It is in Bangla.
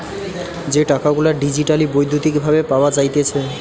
যে টাকা গুলা ডিজিটালি বৈদ্যুতিক ভাবে পাওয়া যাইতেছে